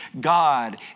God